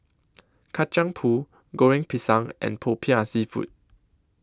Kacang Pool Goreng Pisang and Popiah Seafood